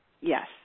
Yes